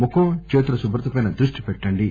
ముఖం చేతుల శుభ్రతపై దృష్టి పెట్టండి